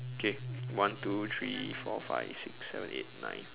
K one two three four five six seven eight nine